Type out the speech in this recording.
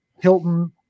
Hilton